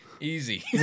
Easy